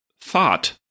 Thought